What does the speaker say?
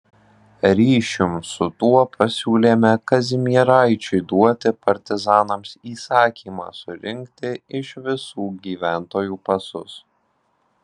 ryšium su tuo pasiūlėme kazimieraičiui duoti partizanams įsakymą surinkti iš visų gyventojų pasus